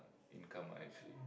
income I actually